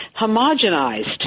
homogenized